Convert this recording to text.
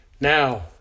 Now